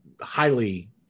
highly